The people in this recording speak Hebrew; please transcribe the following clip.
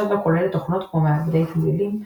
זו כוללת תוכנות כמו מעבדי תמלילים,